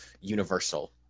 universal